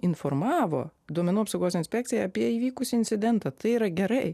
informavo duomenų apsaugos inspekciją apie įvykusį incidentą tai yra gerai